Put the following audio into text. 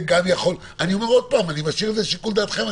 אני משאיר את זה לשיקול דעתכם.